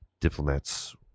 diplomats